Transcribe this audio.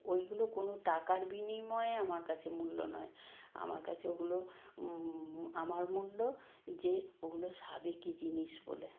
ওইগুলো কোনো টাকার বিনিময়ে আমার কাছে মূল্য নয় আমার কাছে ওগুলো আমার মূল্য যে ওগুলো সাবেকি জিনিস বলে